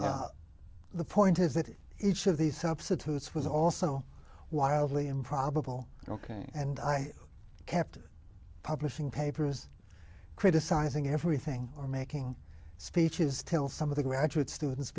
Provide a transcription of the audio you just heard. are the point is that each of these substitutes was also wildly improbable ok and i kept publishing papers criticizing everything or making speeches till some of the graduate students